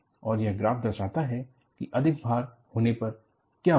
और यह ग्राफ दर्शाता है कि अधिक भार होने पर क्या होगा